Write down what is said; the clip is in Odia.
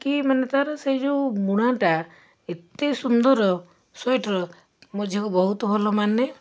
କି ମାନେ ତା'ର ସେ ଯେଉଁ ବୁଣାଟା ଏତେ ସୁନ୍ଦର ସ୍ୱେଟର ମୋ ଝିଅକୁ ବହୁତ ଭଲ ମାନେ